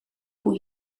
hoe